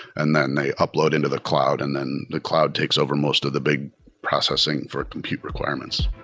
and then they upload into the cloud, and then the cloud takes over most of the big processing for compute requirements